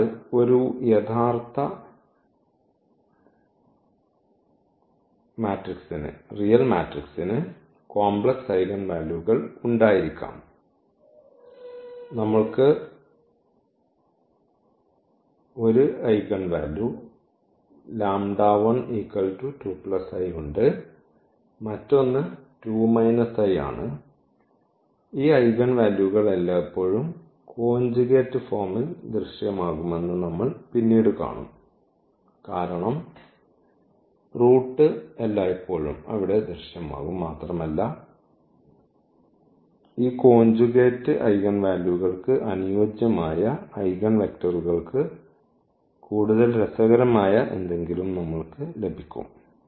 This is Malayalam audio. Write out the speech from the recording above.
അതിനാൽ ഒരു യഥാർത്ഥ മാട്രിക്സിന് കോംപ്ലക്സ് ഐഗൺ വാല്യൂകൾ ഉണ്ടായിരിക്കാം അതിനാൽ നമ്മൾക്ക് 1 ഐഗൺ വാല്യൂ ഉണ്ട് മറ്റൊന്ന് ആണ് ഈ ഐഗൻ വാല്യൂകൾ എല്ലായ്പ്പോഴും കോഞ്ചുഗേറ്റ് ഫോമിൽ ദൃശ്യമാകുമെന്ന് നമ്മൾ പിന്നീട് കാണും കാരണം റൂട്ട് എല്ലായ്പ്പോഴും അവിടെ ദൃശ്യമാകും മാത്രമല്ല ഈ കോഞ്ചുഗേറ്റ് ഐഗൺ വാല്യൂകൾക്ക് അനുയോജ്യമായ ഐഗൺ വെക്റ്ററുകൾക്ക് കൂടുതൽ രസകരമായ എന്തെങ്കിലും നമ്മൾക്ക് ലഭിക്കും